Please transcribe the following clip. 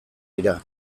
dira